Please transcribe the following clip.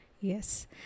Yes